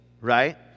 right